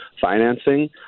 financing